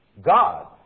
God